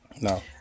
No